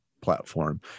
platform